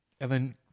Evan